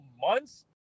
months